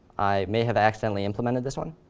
i may have accidentally implemented this one.